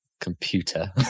computer